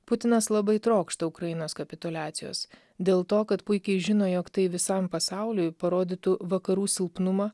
putinas labai trokšta ukrainos kapituliacijos dėl to kad puikiai žino jog tai visam pasauliui parodytų vakarų silpnumą